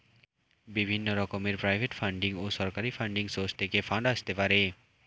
বিভিন্ন রকমের private funding ও সরকারি ফান্ডিং সোর্স থেকে ফান্ড আসতে পারে